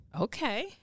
Okay